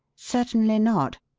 certainly not.